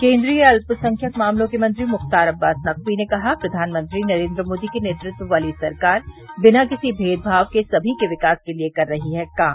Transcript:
केन्द्रीय अत्यसंख्यक मामलों के मंत्री मुख्तार अब्बास नकवी ने कहा प्रघानमंत्री नरेन्द्र मोदी के नेतृत्व वाली सरकार बिना किसी भेदभाव के सभी के विकास के लिए कर रही है काम